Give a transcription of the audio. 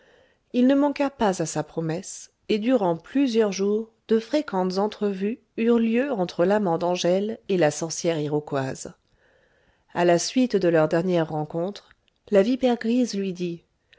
il ne manqua pas à sa promesse et durant plusieurs jours de fréquentes entrevues eurent lieu entre l'amant d'angèle et la sorcière iroquoise a la suite de leur dernière rencontre la vipère grise lui dit